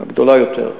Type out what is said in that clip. הגדולה יותר.